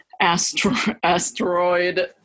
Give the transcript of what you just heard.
asteroid